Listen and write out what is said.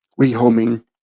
rehoming